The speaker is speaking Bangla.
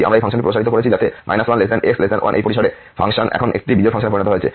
আমরা এই ফাংশনটি প্রসারিত করেছি যাতে 1 x 1 এই পরিসরের ফাংশন এখন একটি বিজোড় ফাংশনে পরিণত হয়েছে